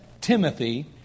Timothy